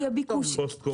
פוסט קורונה.